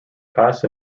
pass